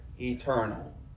eternal